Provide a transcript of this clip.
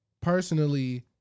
personally